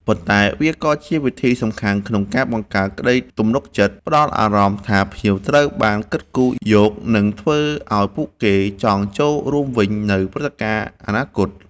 ប៉ុន្តែវាក៏ជាវិធីសំខាន់ក្នុងការបង្កើតក្តីទំនុកចិត្ត ផ្តល់អារម្មណ៍ថាភ្ញៀវត្រូវបានគិតគូរយក និងធ្វើឲ្យពួកគេចង់ចូលរួមវិញនៅព្រឹត្តិការណ៍អនាគត។